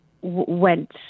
went